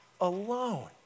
alone